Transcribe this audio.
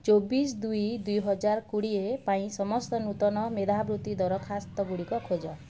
ଚବିଶ ଦୁଇ ଦୁଇ ହଜାର କୋଡ଼ିଏ ପାଇଁ ସମସ୍ତ ନୂତନ ମେଧାବୃତ୍ତି ଦରଖାସ୍ତ ଗୁଡ଼ିକ ଖୋଜ